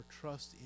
trust